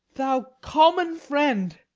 thou common friend,